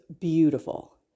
beautiful